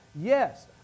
Yes